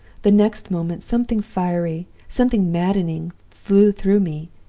the next moment something fiery, something maddening, flew through me.